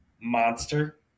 Monster